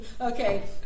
Okay